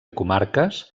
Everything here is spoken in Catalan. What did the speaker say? comarques